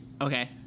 Okay